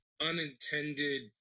unintended